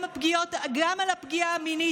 גם על הפגיעה המינית,